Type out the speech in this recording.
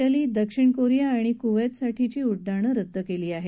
मी दक्षिण कोरिया आणि कुवैतसाठी उड्डानं रद्द केली आहेत